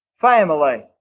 family